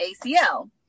ACL